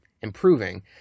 improving